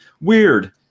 Weird